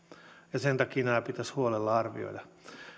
ja sen takia nämä pitäisi huolella arvioida